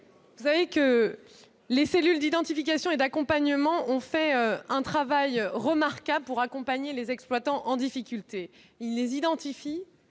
Par ailleurs, les cellules d'identification et d'accompagnement ont fait un travail remarquable pour accompagner les exploitants en difficulté. Ils les identifient ;